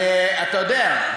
אבל אתה יודע,